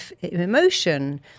emotion